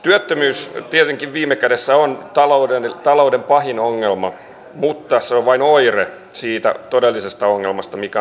työttömyys tietenkin viime ajatuksenahan on talouden talouden pahin ongelma mutta se on vain oire siitä todellisesta ongelmasta mikä